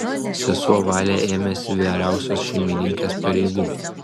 sesuo valė ėmėsi vyriausios šeimininkės pareigų